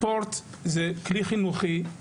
ספורט זה כלי חינוכי,